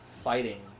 Fighting